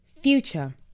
future